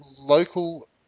local